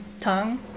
tongue